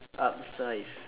up size